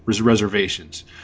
reservations